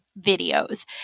videos